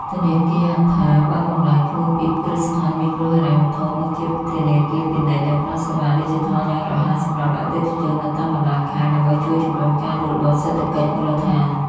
ធនាគារ ហត្ថា (Hattha) បានបម្លែងខ្លួនពីគ្រឹះស្ថានមីក្រូហិរញ្ញវត្ថុ មកជាធនាគារពាណិជ្ជដែលផ្ដល់សេវាឌីជីថលយ៉ាងរហ័សសម្រាប់អតិថិជននៅតាមបណ្ដាខេត្ត ដើម្បីជួយជម្រុញការលូតលាស់សេដ្ឋកិច្ចមូលដ្ឋាន។